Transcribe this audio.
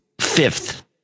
fifth